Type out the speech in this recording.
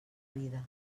vida